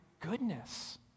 goodness